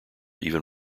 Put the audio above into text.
even